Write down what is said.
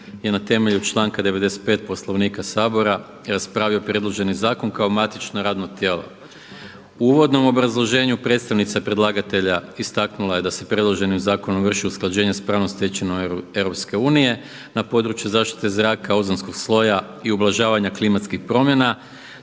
je na temelju članka 95. Poslovnika Sabora raspravio predloženi zakon kao matično radno tijelo. U uvodnom obrazloženju predstavnica predlagatelja istaknula je da se predloženim zakonom vrši usklađenje sa pravnom stečevinom EU, na području zaštite zraka, ozonskog sloja i ublažavanja klimatskih promjena,